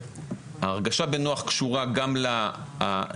ההרגשה בנוח קשורה גם למסר,